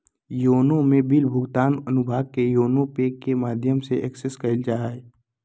YONO में bill भुगतान अनुभाग के योनो पे के माध्यम से एक्सेस कइल जा हइ